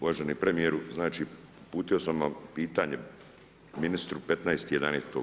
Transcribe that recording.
Uvaženi premijeru, znači uputio sam vam pitanje ministru 15.11.